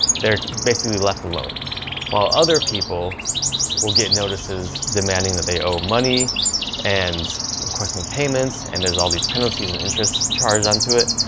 they're basically left alone while other people will get notices demanding that they owe money and requesting payments and there's all these penalties and interests charged onto it.